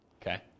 Okay